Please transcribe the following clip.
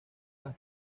las